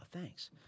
thanks